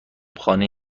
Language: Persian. خانه